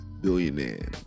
billionaire